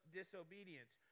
disobedience